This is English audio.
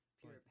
Pure